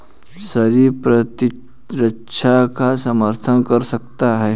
शरीफा प्रतिरक्षा का समर्थन कर सकता है